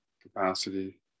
capacity